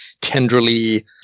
tenderly